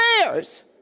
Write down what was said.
prayers